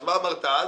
אז מה אמרת אז?